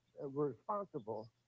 responsible